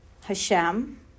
hashem